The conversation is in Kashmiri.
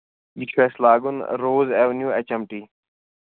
یہِ چھُ اَسہِ لاگُن روز ایونوٗ ایچ ایم ٹی